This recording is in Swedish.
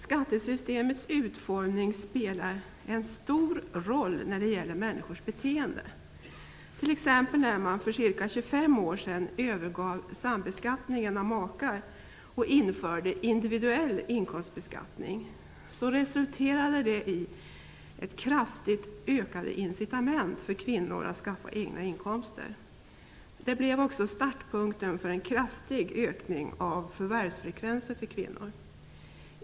Skattesystemets utformning spelar en stor roll när det gäller människors beteende. T.ex. när man för ca 25 år sedan övergav sambeskattning av makar och införde individuell inkomstbeskattning, resulterade det i kraftigt ökade ekonomiska incitament för kvinnor att skaffa egna inkomster. Det blev också startpunkten för en kraftig ökning av förvärvsfrekvensen för kvinnor.